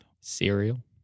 Cereal